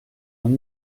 mon